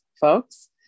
folks